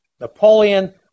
Napoleon